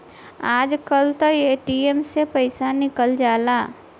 आजकल तअ ए.टी.एम से पइसा निकल जाला